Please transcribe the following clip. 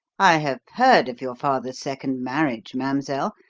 i have heard of your father's second marriage, mademoiselle,